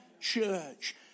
Church